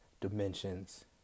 dimensions